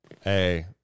Hey